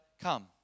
come